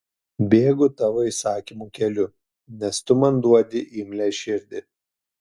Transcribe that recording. bėgu tavo įsakymų keliu nes tu man duodi imlią širdį